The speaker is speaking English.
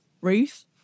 Ruth